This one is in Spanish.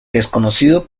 desconocido